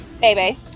baby